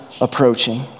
approaching